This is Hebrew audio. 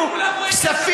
שעומדים לרשותך אתה יצאת קטן.